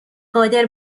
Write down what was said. قادر